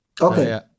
Okay